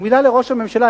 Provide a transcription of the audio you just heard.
ומלה לראש הממשלה.